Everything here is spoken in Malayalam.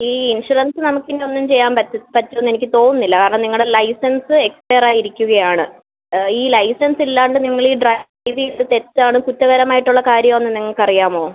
ഈ ഇൻഷുറൻസ് നമുക്ക് ഇനി ഒന്നും ചെയ്യാൻ പറ്റുമെന്ന് എനിക്ക് തോന്നുന്നില്ല കാരണം നിങ്ങളുടെ ലൈസൻസ് എക്സ്പെയർ ആയിരിക്കുകയാണ് ഈ ലൈസൻസ് ഇല്ലാണ്ട് നിങ്ങൾ ഈ ഡ്രൈവ് ചെയ്തത് തെറ്റാണ് കുറ്റകരം ആയിട്ടുള്ള കാര്യമാണെന്ന് നിങ്ങൾക്ക് അറിയാമോ